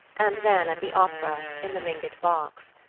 and then at the opera, in the mingott box.